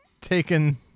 taken